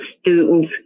students